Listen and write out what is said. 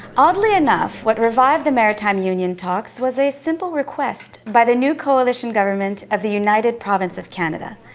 oddly enough, what revived the maritime union talks was a simple request by the new coalition government of the united province of canada.